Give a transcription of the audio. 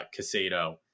Casado